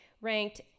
ranked